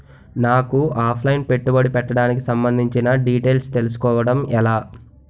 నాకు offline పెట్టుబడి పెట్టడానికి సంబందించిన డీటైల్స్ తెలుసుకోవడం ఎలా?